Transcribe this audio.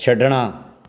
ਛੱਡਣਾ